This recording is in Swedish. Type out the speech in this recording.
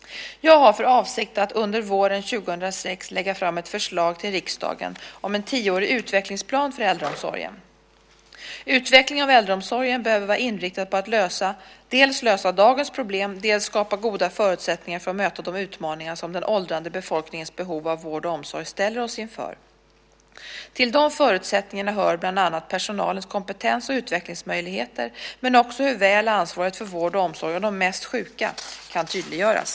Jag har för avsikt att under våren 2006 lägga fram ett förslag till riksdagen om en tioårig utvecklingsplan för äldreomsorgen. Utvecklingen av äldreomsorgen behöver vara inriktad på att dels lösa dagens problem, dels skapa goda förutsättningar att möta de utmaningar som den åldrande befolkningens behov av vård och omsorg ställer oss inför. Till de förutsättningarna hör bland annat personalens kompetens och utvecklingsmöjligheter, men också hur väl ansvaret för vård av och omsorg om de mest sjuka kan tydliggöras.